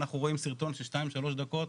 אנחנו רואים סרטון של 2-3 דקות,